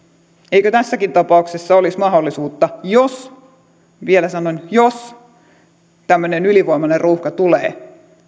eikö tässäkin tapauksessa olisi mahdollisuutta jos vielä sanon jos tämmöinen ylivoimainen ruuhka tulee